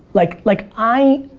like like, i,